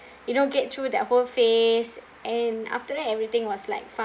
you know get through that whole phase and after that everything was like